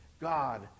God